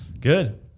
Good